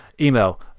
email